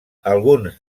alguns